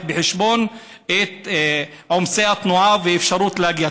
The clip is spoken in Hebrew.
בחשבון את עומסי התנועה והאפשרות להגיע.